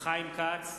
חיים כץ,